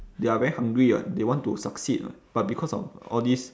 they are very hungry [what] they want to succeed [what] but because of all these